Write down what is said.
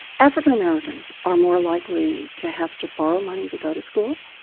african americans are more likely to have to borrow money to go to school,